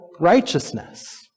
righteousness